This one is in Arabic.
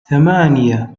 ثمانية